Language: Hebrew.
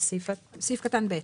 סעיף קטן (ב)